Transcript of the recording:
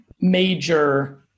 major